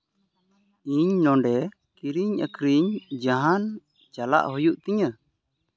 ᱤᱧ ᱱᱚᱰᱮ ᱠᱤᱨᱤᱧ ᱟᱹᱠᱷᱨᱤᱧ ᱡᱟᱦᱟᱱ ᱪᱟᱞᱟᱜ ᱦᱩᱭᱩᱜ ᱛᱤᱧᱟᱹ